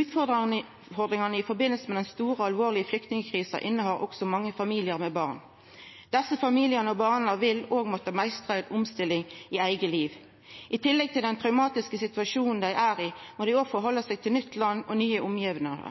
Utfordringane i samband med den store og alvorlege flyktningkrisa gjeld også mange familiar med barn. Desse familiane og barna vil òg måtte meistra ei omstilling i eige liv. I tillegg til den traumatiske situasjonen dei er i, må dei òg tilpassa seg eit nytt land og nye